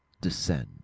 descend